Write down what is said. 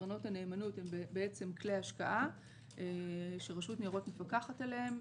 קרנות הנאמנות הם כלי השקעה שרשות הניירות מפקחת עליהם,